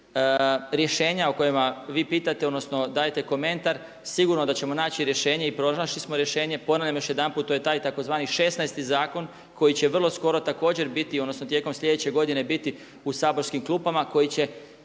rješenja o kojima vi pitate, odnosno dajete komentar sigurno da ćemo naći rješenje i pronašli smo rješenje, ponavljam još jedanput to je taj tzv. 16.-ti zakon koji će vrlo skoro također biti, odnosno tijekom sljedeće godine biti u saborskim klupama koji će,